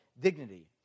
dignity